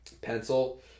pencil